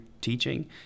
teaching